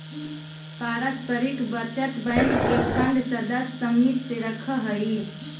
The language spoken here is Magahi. पारस्परिक बचत बैंक के फंड सदस्य समित्व से रखऽ हइ